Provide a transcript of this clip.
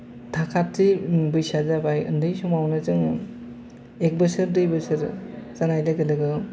थाखाय थि बैसोआ जाबाय उन्दै समावनो जों एक बोसोर देर बोसोर जानाय लोगो लोगो